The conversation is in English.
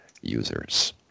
users